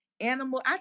Animal